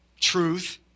Truth